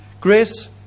Grace